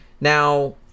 now